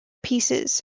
pieces